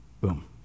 Boom